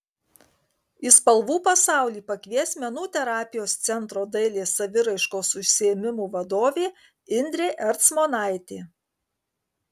į spalvų pasaulį pakvies menų terapijos centro dailės saviraiškos užsiėmimų vadovė indrė ercmonaitė